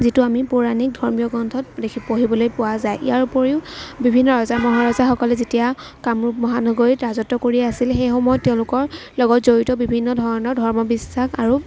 যিটো আমি পৌৰাণিক ধৰ্মীয় গ্ৰন্থত দেখিবলৈ পঢ়িবলৈ পোৱা যায় ইয়াৰ উপৰিও বিভিন্ন ৰজা মহাৰজাসকলে যেতিয়া কামৰূপ মহানগৰীত ৰাজত্ব কৰি আছিল সেই সময়ত তেওঁলোকৰ লগত জড়িত বিভিন্ন ধৰণৰ ধৰ্মবিশ্বাস আৰু